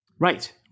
Right